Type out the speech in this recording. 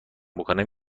بکنم